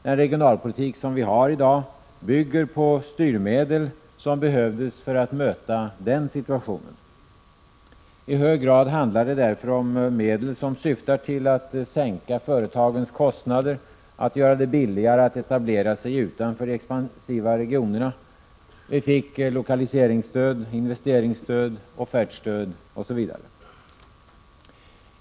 Den regionalpolitik vi har i dag bygger på de styrmedel som behövdes för att möta den situationen. I hög grad handlar det därför om medel som syftar till att sänka företagens kostnader och att göra det billigare att etablera sig utanför de expansiva regionerna. Vi fick lokaliseringsstöd, investeringsstöd, offertstöd osv.